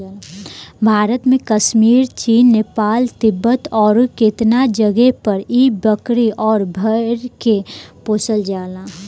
भारत में कश्मीर, चीन, नेपाल, तिब्बत अउरु केतना जगे पर इ बकरी अउर भेड़ के पोसल जाला